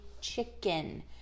chicken